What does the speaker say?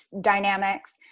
dynamics